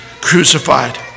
crucified